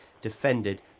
defended